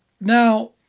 now